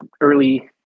early